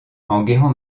enguerrand